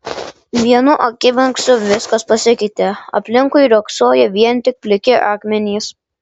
vienu akimirksniu viskas pasikeitė aplinkui riogsojo vien tik pliki akmenys